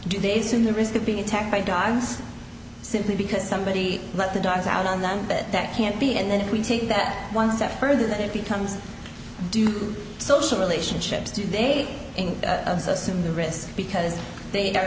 do this in the risk of being attacked by dogs simply because somebody let the dogs out on them but that can't be and then we take that one step further that it becomes due to social relationships do they assume the risk because they